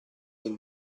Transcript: del